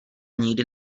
nikdy